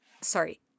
Sorry